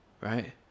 Right